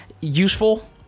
useful